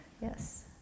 Yes